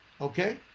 okay